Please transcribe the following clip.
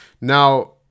Now